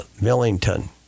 Millington